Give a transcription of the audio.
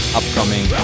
upcoming